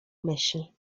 myśli